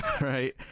right